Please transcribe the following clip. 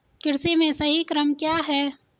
कृषि में सही क्रम क्या है?